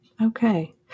Okay